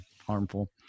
harmful